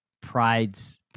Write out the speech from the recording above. prides